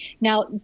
Now